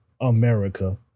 America